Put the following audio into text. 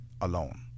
alone